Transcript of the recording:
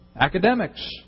academics